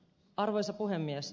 arvoisa puhemies